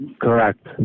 Correct